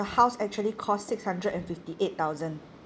the house actually cost six hundred and fifty eight thousand